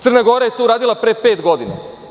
Crna Gora je to uradila pre pet godina.